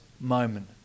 moment